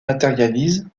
matérialise